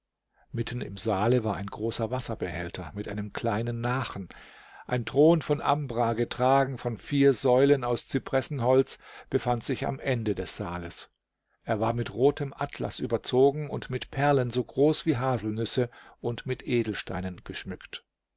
mitten im saale war ein großer wasserbehälter mit einem kleinen nachen ein thron von ambra getragen von vier säulen aus cypressenholz befand sich am ende des saales er war mit rotem atlas überzogen und mit perlen so groß wie haselnüsse und mit edelsteinen geschmückt